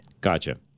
Gotcha